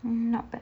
not bad